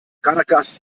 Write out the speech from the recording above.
caracas